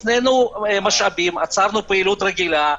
הפנינו משאבים, עצרנו את הפעילות הרגילה,